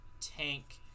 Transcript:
tank